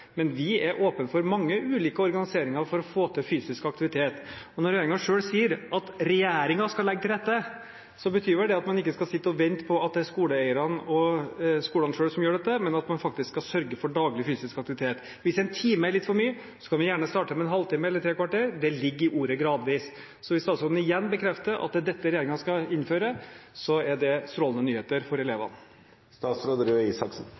men vi er åpne for mange ulike organiseringer for å få til fysisk aktivitet. Når regjeringen selv sier at regjeringen «skal legge til rette», betyr vel det at man ikke skal sitte og vente på at skoleeierne og skolene selv gjør dette, men at man faktisk skal sørge for daglig fysisk aktivitet. Hvis én time er for mye, kan vi gjerne starte med en halvtime eller tre kvarter. Det ligger i ordet «gradvis». Hvis statsråden igjen bekrefter at det er dette regjeringen skal innføre, er det strålende nyheter for